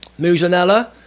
Muzanella